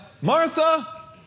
Martha